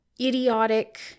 idiotic